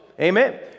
amen